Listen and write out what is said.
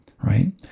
right